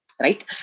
right